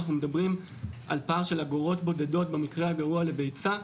אנחנו מדברים על פער של אגורות בודדות במקרה הגרוע לביצה,